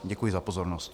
Děkuji za pozornost.